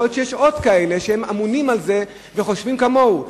יכול להיות שיש עוד כאלה שאמונים על זה וחושבים כמוהו,